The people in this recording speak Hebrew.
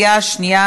נתקבלה.